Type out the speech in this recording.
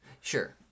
Sure